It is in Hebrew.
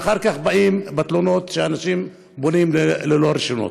ואחר כך באים בתלונות שאנשים בונים ללא רישיונות.